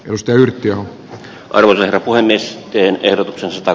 rust ylityö on aivan eri kuin nesteen ehdotuksesta